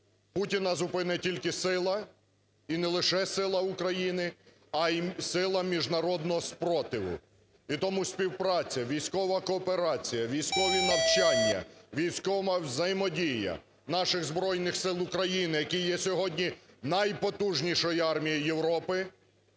Путіна зупинне тільки сила і не лише сила України, а і сила міжнародного спротиву. І тому співпраця, військова кооперація, військові навчання, військова взаємодія наших Збройних Сил України, які є сьогодні найпотужнішою армією Європи,